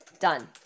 Done